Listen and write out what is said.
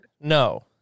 No